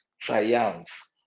triumph